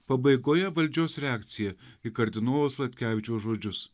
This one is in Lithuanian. pabaigoje valdžios reakcija į kardinolo sladkevičiaus žodžius